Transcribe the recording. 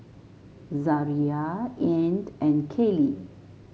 Zariah Ean and Kaylie